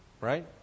Right